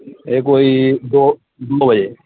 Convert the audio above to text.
एह् कोई दो दो बजे